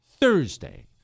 Thursday